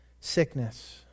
sickness